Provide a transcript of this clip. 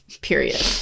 period